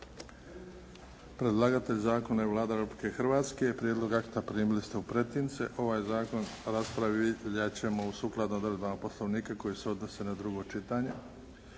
Predlagatelj zakona je Vlada Republike Hrvatske. Prijedlog akta primili ste u pretince. Ovaj zakon raspravljat ćemo sukladno odredbama Poslovnika koje se odnose na drugo čitanje.